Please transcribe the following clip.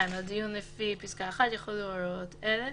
(2)על דיון לפי פסקה (1), יחולו הוראות אלו: